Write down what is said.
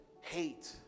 Hate